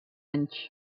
anys